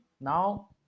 now